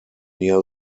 near